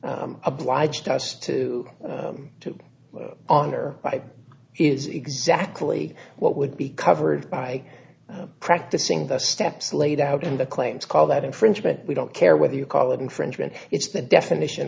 say obliged us to to honor by is exactly what would be covered by practicing the steps laid out in the claims call that infringement we don't care whether you call it infringement it's the definition